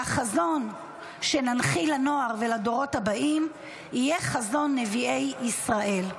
--- והחזון שננחיל לנוער ולדורות הבאים יהיה חזון נביאי ישראל,